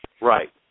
Right